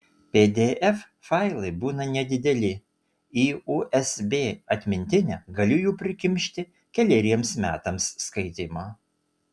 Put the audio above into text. pdf failai būna nedideli į usb atmintinę galiu jų prikimšti keleriems metams skaitymo